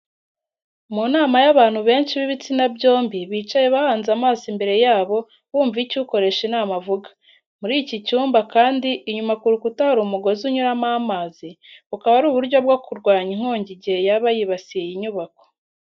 Mu nama y'abantu benshi b'ibitsina byombi, bicaye bahanze amaso imbere yabo, bumva icyo ukoresha inama avuga. Muri iki cyumba kandi inyuma ku rukuta hari umugozi unyuramo amazi, bukaba ari uburyo bwo kurwanya inkongi igihe yaba yibasiye iyi nyubako.